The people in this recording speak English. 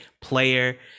player